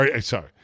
Sorry